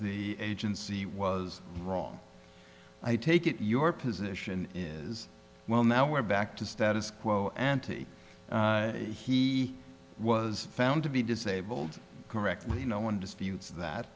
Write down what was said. the agency was wrong i take it your position is well now we're back to status quo ante he was found to be disabled correctly no one disputes that